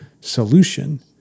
solution